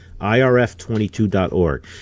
IRF22.org